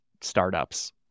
startups